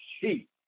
sheep